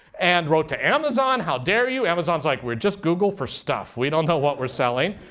and wrote to amazon how dare you. amazon's like, we're just google for stuff, we don't know what we're selling,